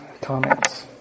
comments